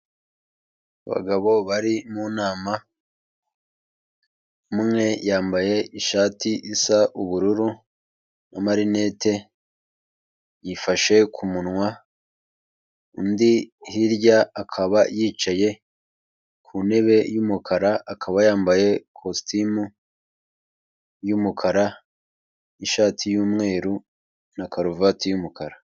Abagabo bari mu nama, umwe yambaye ishati isa ubururu n'amarinete yifashe ku munwa, undi hirya akaba yicaye ku ntebe y'umukara akaba yambaye ikositimu y'umukara, ishati y'umweru na karuvati y'umukara.